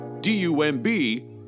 D-U-M-B